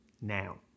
Now